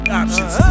options